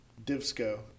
Divsco